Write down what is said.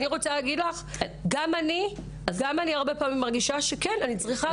גם אני הרבה פעמים מרגישה שאני צריכה,